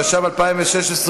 התשע"ו 2016,